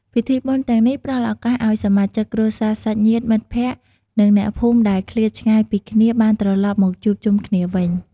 ពិធីបុណ្យទាំងនេះផ្តល់ឱកាសឲ្យសមាជិកគ្រួសារ សាច់ញាតិ មិត្តភ័ក្តិ និងអ្នកភូមិដែលឃ្លាតឆ្ងាយពីគ្នា បានត្រឡប់មកជួបជុំគ្នាវិញ។